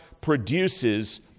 produces